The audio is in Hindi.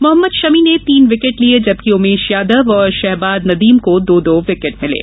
मोहम्मद शमी ने तीन विकेट लिये जबकि उमेश यादव और शहबाद नदीम को दो दो विकेट मिले